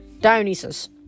Dionysus